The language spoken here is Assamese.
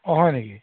অ হয় নেকি